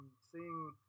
seeing